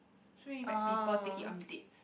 three back people take it on dates